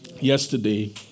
yesterday